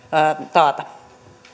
taata